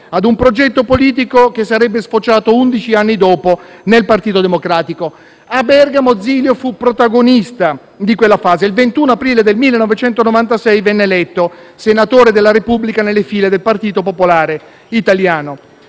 a un progetto politico che sarebbe sfociato, undici anni dopo, nel Partito Democratico. A Bergamo Zilio fu protagonista di quella fase. Il 21 aprile 1996 venne eletto senatore della Repubblica nelle file del Partito Popolare Italiano.